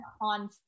on